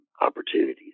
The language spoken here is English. opportunities